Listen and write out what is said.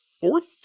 fourth